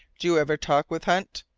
do you ever talk with hunt?